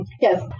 Yes